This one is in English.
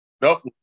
Nope